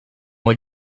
what